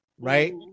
right